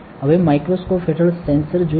હવે માઇક્રોસ્કોપ હેઠળ સેન્સર જોઈએ